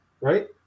right